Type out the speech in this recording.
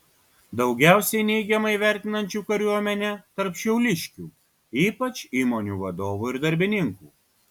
daugiausiai neigiamai vertinančių kariuomenę tarp šiauliškių ypač įmonių vadovų ir darbininkų